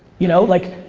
you know? like,